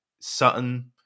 Sutton